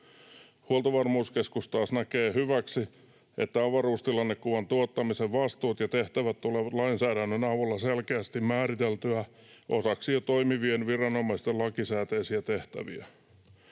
Huoltovarmuuskeskus taas näkee hyväksi, että avaruustilannekuvan tuottamisen vastuut ja tehtävät tulevat lainsäädännön avulla selkeästi määriteltyä osaksi jo toimivien viranomaisten lakisääteisiä tehtäviä.